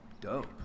Dope